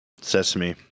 sesame